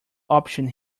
option